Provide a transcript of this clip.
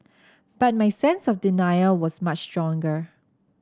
but my sense of denial was much stronger